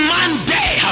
Monday